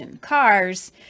cars